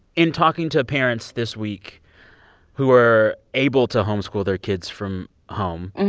in talking to parents this week who are able to homeschool their kids from home, and